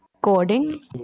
coding